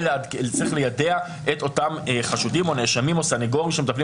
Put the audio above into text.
וצריך ליידע את אותם חשודים או נאשמים או סניגורים שמטפלים